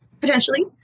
Potentially